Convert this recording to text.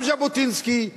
גם ז'בוטינסקי,